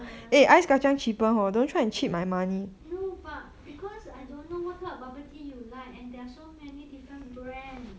err no no but because I don't know what kind of bubble tea you like and there are so many different brand